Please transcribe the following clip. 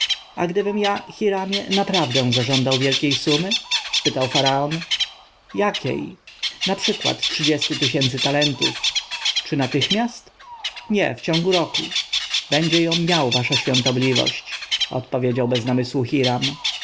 a gdybym ja hiramie naprawdę zażądał wielkiej sumy spytał faraon jakiej naprzykład trzydziestu tysięcy talentów czy natychmiast nie w ciągu roku będzie ją miał wasza świątobliwość odpowiedział bez namysłu hiram